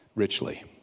richly